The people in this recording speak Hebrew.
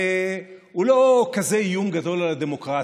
הוא לא כזה איום גדול על הדמוקרטיה.